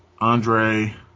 Andre